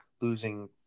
losing